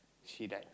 she died